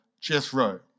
Jethro